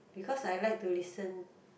because I like to listen